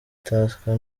tusker